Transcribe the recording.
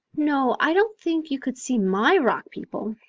no, i don't think you could see my rock people.